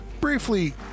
briefly